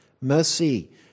mercy